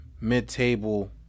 mid-table